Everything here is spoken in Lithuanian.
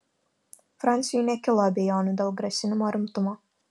franciui nekilo abejonių dėl grasinimo rimtumo